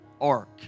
ark